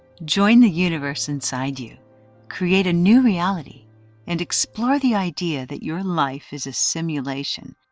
join the universe inside you create a new reality and explore the idea that your life is a simulation,